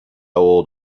old